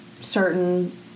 certain